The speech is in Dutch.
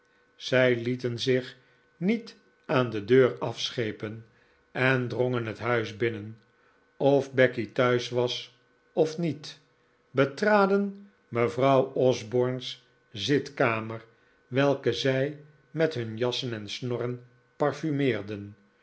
zij lieten zich niet aan de deur afschepen en drongen het huis binnen of becky thuis was of niet betraden mevrouw osborne's zitkamer welke zij met hun jassen en snorren parfumeerden